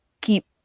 keep